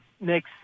next